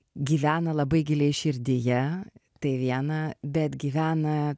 gyvena labai giliai širdyje tai viena bet gyvena